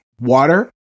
water